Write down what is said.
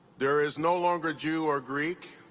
there is no longer jew or greek,